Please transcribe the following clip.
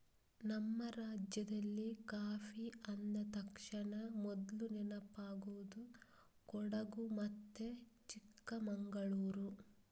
ನಮ್ಮ ರಾಜ್ಯದಲ್ಲಿ ಕಾಫಿ ಅಂದ ತಕ್ಷಣ ಮೊದ್ಲು ನೆನಪಾಗುದು ಕೊಡಗು ಮತ್ತೆ ಚಿಕ್ಕಮಂಗಳೂರು